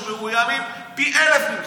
שמאוימים פי אלף ממך,